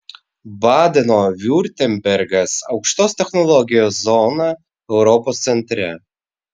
badeno viurtembergas aukštos technologijos zona europos centre